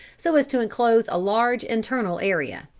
so as to enclose a large internal area.